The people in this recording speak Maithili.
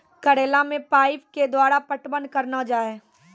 करेला मे पाइप के द्वारा पटवन करना जाए?